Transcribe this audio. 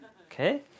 Okay